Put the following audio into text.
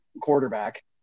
quarterback